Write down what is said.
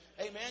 Amen